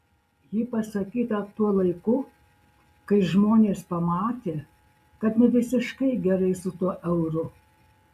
ji pasakyta tuo laiku kai žmonės pamatė kad ne visiškai gerai su tuo euru